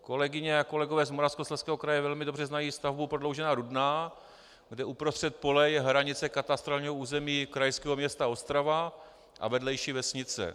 Kolegyně a kolegové z Moravskoslezského kraje velmi dobře znají stavbu prodloužená Rudná, kde uprostřed pole je hranice katastrálního území krajského města Ostrava a vedlejší vesnice.